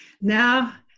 Now